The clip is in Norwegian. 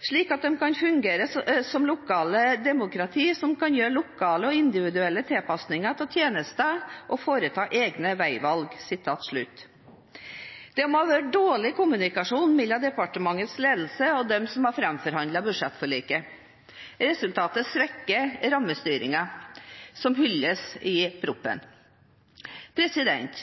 slik at de kan fungere som lokale demokratier som kan gjøre lokale og individuelle tilpasninger av tjenestene og foreta egne veivalg.» Det må ha vært dårlig kommunikasjon mellom departementets ledelse og dem som har framforhandlet budsjettforliket. Resultatet svekker rammestyringen som hylles i proposisjonen.